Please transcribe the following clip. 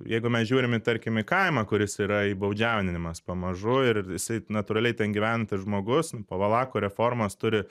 jeigu mes žiūrim į tarkim į kaimą kuris yra įbaudžiauninamas pamažu ir jisai natūraliai ten gyvenantis žmogus po valakų reformos turi